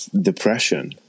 depression